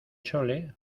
chole